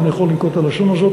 אם אני יכול לנקוט לשון זו,